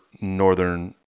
northern